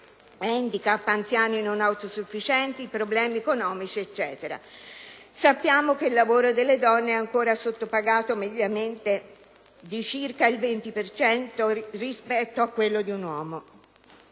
(handicap, anziani non autosufficienti, problemi economici e così via). Sappiamo che il lavoro delle donne è ancora sottopagato, mediamente di circa il 20 per cento, rispetto a quello di un uomo.